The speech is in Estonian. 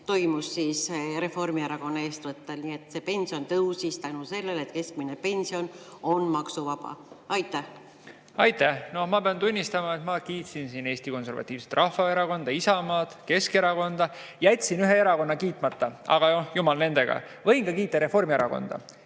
toimus Reformierakonna eestvõttel. Nii et see pension tõusis tänu sellele, et keskmine pension on maksuvaba. Aitäh! No ma pean tunnistama, et ma kiitsin Eesti Konservatiivset Rahvaerakonda, Isamaad ja Keskerakonda. Jätsin ühe erakonna kiitmata, aga noh, jumal nendega. Võin ka kiita Reformierakonda.